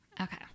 Okay